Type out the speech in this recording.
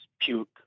puke